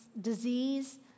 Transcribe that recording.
disease